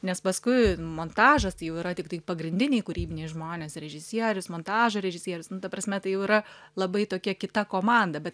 nes paskui montažas tai jau yra tiktai pagrindiniai kūrybiniai žmonės režisierius montažo režisierius nu ta prasme tai jau yra labai tokia kita komanda bet